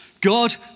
God